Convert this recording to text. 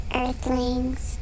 earthlings